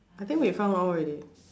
I think we found all already